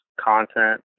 content